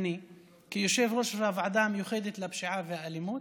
כיושב-ראש הוועדה המיוחדת לפשיעה ואלימות,